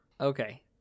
okay